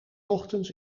ochtends